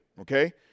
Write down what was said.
Okay